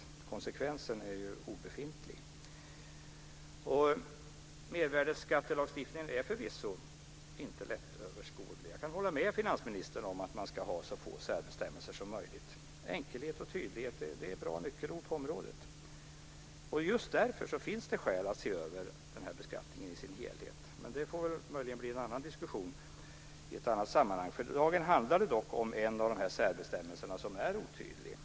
Konsekvensen är ju obefintlig. Mervärdesskattelagstiftningen är förvisso inte lättöverskådlig. Jag kan hålla med finansministern om att man ska ha så få särbestämmelser som möjligt. Enkelhet och tydlighet är bra nyckelord på området. Just därför finns det skäl att se över den här beskattningen i dess helhet, men det får möjligen bli en diskussion i ett annat sammanhang. För dagen handlar det om en av de särbestämmelser som är otydliga.